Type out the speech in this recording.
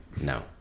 no